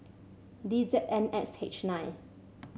D Z N X H nine